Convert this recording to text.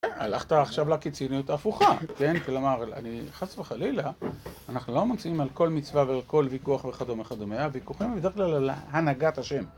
הלכת עכשיו לקיצוניות ההפוכה, כן, כלומר, אני חס וחלילה, אנחנו לא מוצאים על כל מצווה ועל כל ויכוח וכדומה וכדומה, הוויכוחים הם בדרך כלל על הנהגת השם.